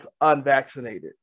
unvaccinated